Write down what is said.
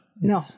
No